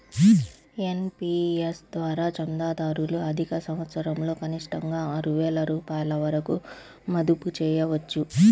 NPS ద్వారా చందాదారులు ఆర్థిక సంవత్సరంలో కనిష్టంగా ఆరు వేల రూపాయల వరకు మదుపు చేయవచ్చు